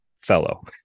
fellow